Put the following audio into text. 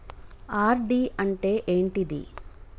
RD అంటే ఏంటిది?